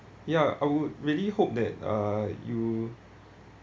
ya I would really hope that uh you